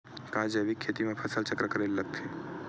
का जैविक खेती म फसल चक्र करे ल लगथे?